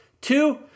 Two